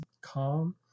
calm